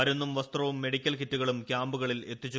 മരുന്നും വസ്ത്രവും മെഡിക്കൽ കിറ്റുകളും ക്യാമ്പുകളിൽ എത്തിച്ചു